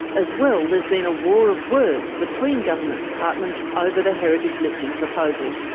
as well, there's been a war of words between government departments over the heritage listing proposal.